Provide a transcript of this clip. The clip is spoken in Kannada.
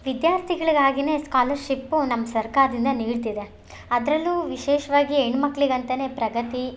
ವಿದ್ಯಾರ್ಥಿಗಳಿಗಾಗಿನೆ ಸ್ಕಾಲರ್ಶಿಪ್ಪು ನಮ್ಮ ಸರ್ಕಾರ್ದಿಂದ ನೀಡ್ತಿದೆ ಅದರಲ್ಲೂ ವಿಶೇಷವಾಗಿ ಹೆಣ್ಮಕ್ಳಿಗ್ ಅಂತಾ ಪ್ರಗತಿ